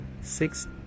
six